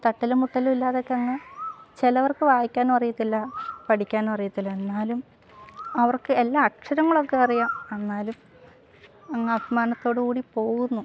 തട്ടലും മുട്ടലും ഇല്ലാതൊക്കെ അങ്ങ് ചിലവർക്ക് വായിക്കാനും അറിയത്തില്ല പഠിക്കാനും അറിയത്തില്ല എന്നാലും അവർക്ക് എല്ലാ അക്ഷരങ്ങളൊക്കെ അറിയാം എന്നാലും അങ്ങനെ അഭിമാനത്തോടു കൂടി പോകുന്നു